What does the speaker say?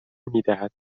میدهد